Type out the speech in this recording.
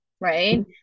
right